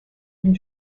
and